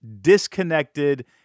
disconnected